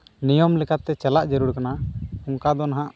ᱱᱤᱭᱚᱢ ᱞᱮᱠᱟᱛᱮ ᱪᱟᱞᱟᱜ ᱡᱟᱹᱨᱩᱲ ᱠᱟᱱᱟ ᱚᱱᱠᱟ ᱫᱚ ᱦᱟᱸᱜ